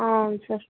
అవున్ సార్